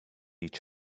each